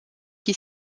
qui